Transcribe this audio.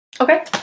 Okay